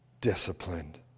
disciplined